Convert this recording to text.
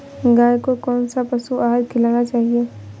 गाय को कौन सा पशु आहार खिलाना चाहिए?